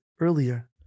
earlier